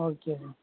okay sir